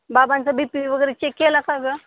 बाबांचा बी पीवगैरे चेक केला का गं